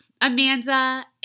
Amanda